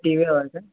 T V हवा आहे का